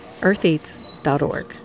Eartheats.org